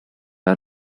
are